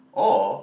or